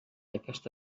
aquest